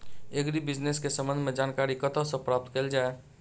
Agri business केँ संबंध मे जानकारी कतह सऽ प्राप्त कैल जाए?